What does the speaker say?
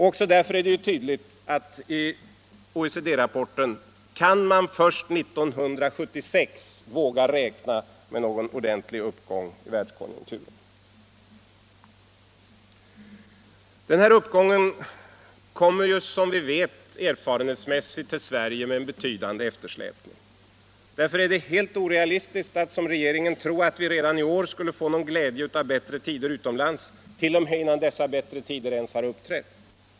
Också därför är det tydligt att man — som också sägs i OECD-rapporten — först 1976 vågar räkna med en ordentlig uppgång i världskonjunkturen. Den uppgången fortplantar sig som vi vet till Sverige med en betydande eftersläpning. Därför är det helt orealistiskt att som regeringen tro att vi redan i år skulle få någon glädje av bättre tider utomlands, t.o.m. innan dessa bättre tider ens har uppträtt.